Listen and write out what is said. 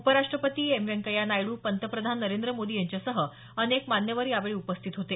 उपराष्ट्रपती एम व्यंकय्या नायडू पंतप्रधान नरेंद्र मोदी यांच्यासह अनेक मान्यवर यावेळी उपस्थित होते